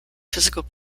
physical